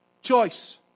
Choice